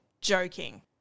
joking